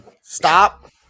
Stop